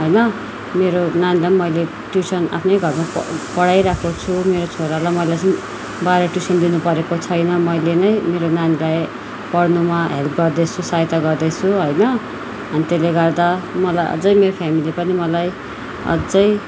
होइन मेरो नानीलाई मैले ट्युसन आफ्नै घरमा पढाइराखेको छु मेरो छोरालाई मैले बाहिर ट्युसन दिनु परेको छैन मैले नै मेरो नानीलाई पढ्नुमा हेल्प गर्दैछु सहायता गर्दैछु होइन अनि त्यसले गर्दा मलाई अझ मेरो फ्यामिली पनि मलाई अझ